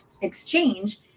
exchange